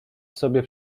sobie